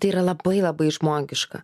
tai yra labai labai žmogiška